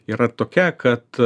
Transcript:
yra tokia kad